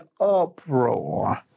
uproar